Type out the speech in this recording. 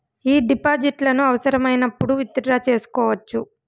ఈ డిపాజిట్లను అవసరమైనప్పుడు విత్ డ్రా సేసుకోవచ్చా?